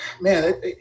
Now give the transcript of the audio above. man